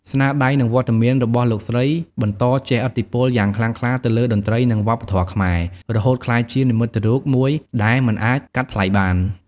ស្នាដៃ និងវត្តមានរបស់លោកស្រីបន្ត ជះឥទ្ធិពលយ៉ាងខ្លាំងក្លា ទៅលើតន្ត្រី និងវប្បធម៌ខ្មែរ រហូតក្លាយជា និមិត្តរូប មួយដែលមិនអាចកាត់ថ្លៃបាន។